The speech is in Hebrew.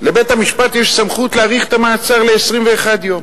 לבית-המשפט יש סמכות להאריך את המעצר ל-21 יום.